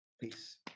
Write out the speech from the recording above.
Peace